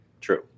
True